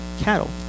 cattle